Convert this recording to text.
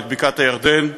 את בקעת-הירדן,